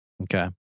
Okay